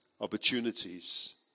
Opportunities